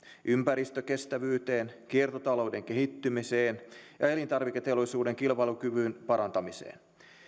ympäristökestävyyteen kiertotalouden kehittymiseen ja elintarviketeollisuuden kilpailukyvyn parantamiseen